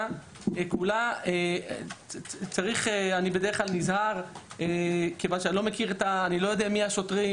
כולה אני בדרך כלל נזהר כיוון שאני לא יודע מי השוטרים.